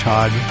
Todd